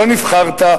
לא נבחרת.